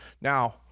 Now